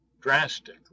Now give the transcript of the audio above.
drastically